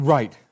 Right